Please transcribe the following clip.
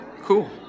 Cool